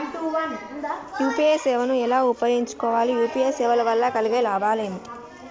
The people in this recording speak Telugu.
యూ.పీ.ఐ సేవను ఎలా ఉపయోగించు కోవాలి? యూ.పీ.ఐ సేవల వల్ల కలిగే లాభాలు ఏమిటి?